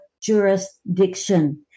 jurisdiction